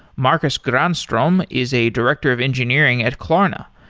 marcus granstrom is a director of engineering at klarna.